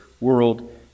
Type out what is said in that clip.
world